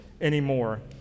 anymore